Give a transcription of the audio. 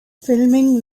filming